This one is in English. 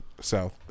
south